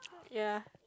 ya